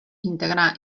integrar